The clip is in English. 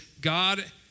God